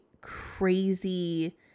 crazy